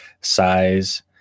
size